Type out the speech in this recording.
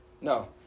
No